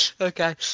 Okay